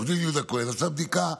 עו"ד יהודה כהן עשה בדיקה,